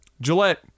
Gillette